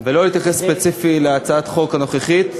ולא אתייחס ספציפית להצעת החוק הנוכחית.